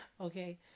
okay